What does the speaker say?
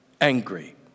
angry